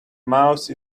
mouse